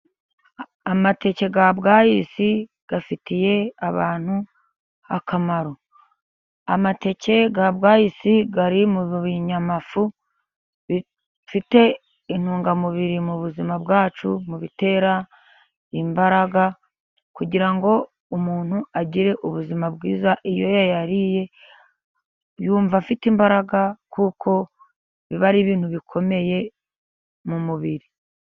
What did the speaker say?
Amateke ya bwayisi afitiye abantu akamaro. Amateke yabwasi, ari mu binyamafu bifite intungamubiri mu buzima bwacu, mu bitera imbaraga kugira ngo umuntu agire ubuzima bwiza. Iyo yayariye yumva afite imbaraga, kuko biba ari ibintu bikomeye mu mubiri.